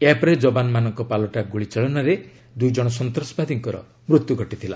ଏହାପରେ ଯବାନମାନଙ୍କ ପାଲଟା ଗୁଳି ଚାଳନାରେ ଦୁଇଜଣ ସନ୍ତାସବାଦୀଙ୍କର ମୃତ୍ୟୁ ଘଟିଥିଲା